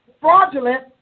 fraudulent